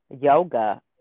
yoga